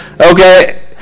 Okay